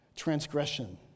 transgression